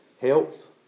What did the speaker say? Health